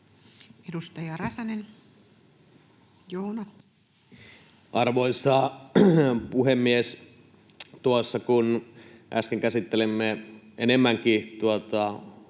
18:14 Content: Arvoisa puhemies! Tuossa kun äsken käsittelimme enemmänkin